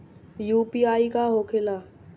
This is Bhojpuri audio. यू.पी.आई का होखेला?